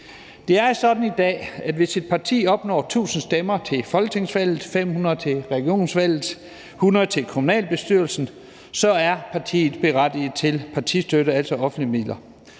Det er sådan i dag, at hvis et parti opnår 1.000 stemmer til folketingsvalget, 500 til regionsvalget, 100 til kommunalbestyrelsen, så er partiet berettiget til partistøtte, altså offentlige midler.